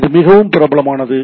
இது மிகவும் பிரபலமானது